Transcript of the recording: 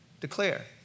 declare